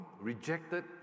rejected